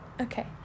Okay